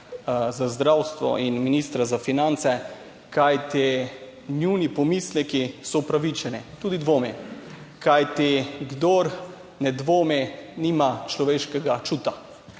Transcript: za zdravstvo in ministra za finance, kajti njuni pomisleki so upravičeni. Tudi dvomi, kajti kdor ne dvomi, nima človeškega čuta.